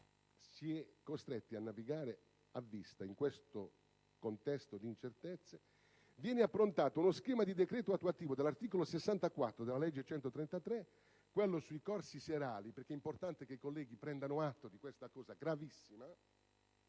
si è costretti a navigare a vista in questo contesto di incertezze, viene approntato uno schema di decreto attuativo dell'articolo 64 della legge n. 133 del 2008, quello sui corsi serali (è importante che i colleghi prendano atto di questo fatto gravissimo)